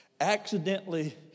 accidentally